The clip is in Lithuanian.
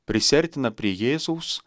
prisiartina prie jėzaus